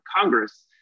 Congress